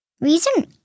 Reason